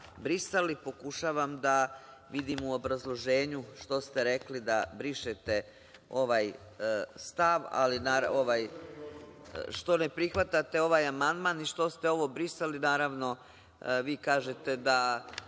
Pokušavam da vidim u obrazloženju što ste rekli da brišete ovaj stav, što ne prihvatate ovaj amandman i što ste ovo brisali. Naravno, vi kažete da